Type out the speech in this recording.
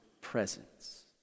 presence